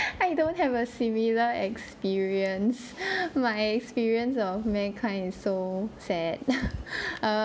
I don't have a similar experience my experience of mankind is so sad